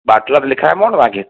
बाटला बि लिखायामांव न तव्हांखे